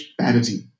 Parity